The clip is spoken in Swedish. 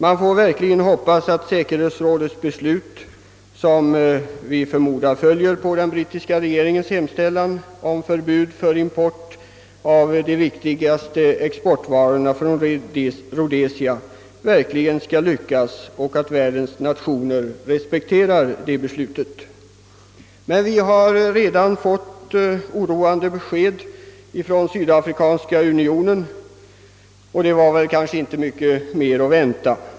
Man får verkligen hoppas att säkerhetsrådets beslut — som vi förmodar skall följa på den brittiska regeringens hemställan om förbud för import av de viktigaste exportvarorna på Rhodesia — verkligen kommer att respekteras av andra nationer så att det får den avsedda effekten. Vi har emellertid redan fått oroande besked från Sydafrikanska unionen — något annat var väl inte heller att vänta.